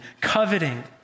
coveting